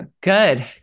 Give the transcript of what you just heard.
Good